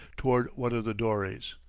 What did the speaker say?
toward one of the dories.